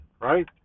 right